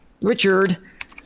Richard